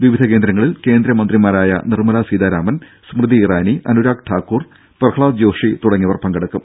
വിവിധ കേന്ദ്രങ്ങളിൽ കേന്ദ്രമന്ത്രിമാരായ നിർമ്മലാ സീതാരാമൻ സ്മൃതി ഇറാനി അനുരാഗ് ഠാക്കൂർ പ്രഹ്ളാദ് ജോഷി തുടങ്ങിയവർ പങ്കെടുക്കും